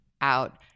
out